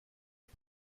est